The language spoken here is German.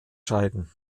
scheiden